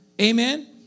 Amen